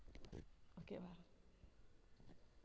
ஓகேவா